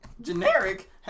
Generic